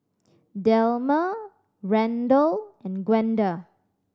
Delmer Randel and Gwenda